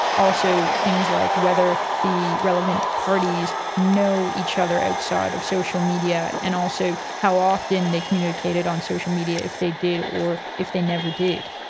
also things like whether the relevant parties know each other outside of social media, and also how often they communicated on social media if they did or if they never did.